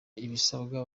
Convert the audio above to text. ibisabwa